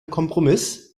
kompromiss